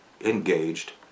engaged